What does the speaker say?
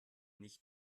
nicht